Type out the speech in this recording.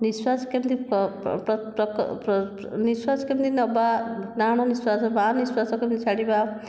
ନିଃଶ୍ୱାସ କେମିତି ନିଃଶ୍ୱାସ କେମିତି ନବା ଡାହାଣ ନିଃଶ୍ୱାସ ବାଁ ନିଃଶ୍ଵାସ କେମିତି ଛାଡ଼ିବା